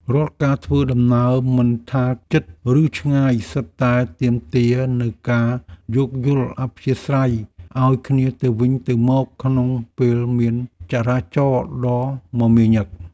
រាល់ការធ្វើដំណើរមិនថាជិត ឬឆ្ងាយសុទ្ធតែទាមទារនូវការយោគយល់អធ្យាស្រ័យឱ្យគ្នាទៅវិញទៅមកក្នុងពេលមានចរាចរណ៍ដ៏មមាញឹក។